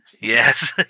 Yes